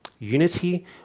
Unity